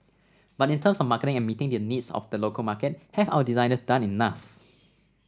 but in terms of marketing and meeting the needs of the local market have our designers done enough